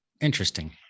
interesting